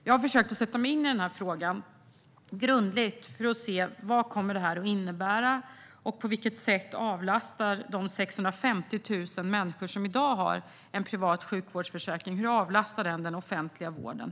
Jag har försökt att grundligt sätta mig in i frågan för att se vad det här kommer att innebära och på vilket sätt de 650 000 människor som i dag har privat sjukvårdsförsäkring avlastar den offentliga vården.